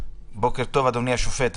בבקשה אדוני השופט.